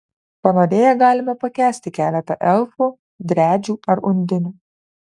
panorėję galime pakęsti keletą elfų driadžių ar undinių